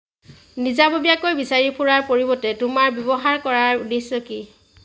নিজাববীয়াকৈ বিচাৰি ফুৰাৰ পৰিৱৰ্তে তোমাৰ ব্যৱহাৰ কৰাৰ উদ্দেশ্য কি